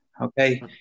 Okay